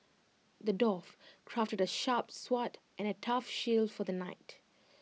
the dwarf crafted A sharp sword and A tough shield for the knight